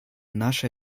наше